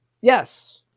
yes